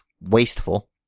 wasteful